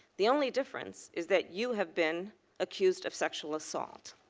the only difference is that you have been accused of sexual assault.